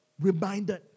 reminded